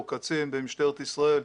הוא קצין במשטרת ישראל,